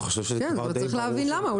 אני חושב שזה דבר די ברור שהם עיתונאים.